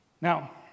Now